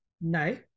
No